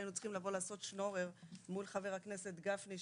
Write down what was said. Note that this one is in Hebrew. היינו צריכים לבוא לעשות שנורר מול חבר הכנסת גפני,